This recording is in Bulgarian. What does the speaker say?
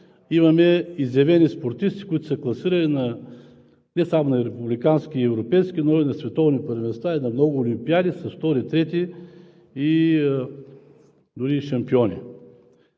имаме изявени спортисти, които са се класирали не само на републикански и европейски, но и на световни първенства, и на много олимпиади, втори, трети, дори и шампиони.